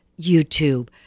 YouTube